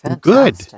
Good